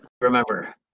remember